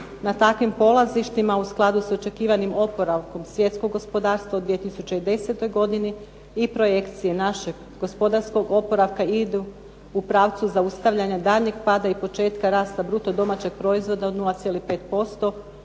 Na takvim polazištima u skladu s očekivanim oporavkom svjetskog gospodarstva u 2010. godini i projekcije našeg gospodarskog oporavka idu u pravcu zaustavljanja daljnjeg pada i početka rasta bruto društvenog proizvoda od 0,5%,